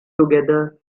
together